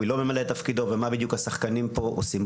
מי לא ממלא את תפקידו ומה בדיוק השחקנים פה עושים.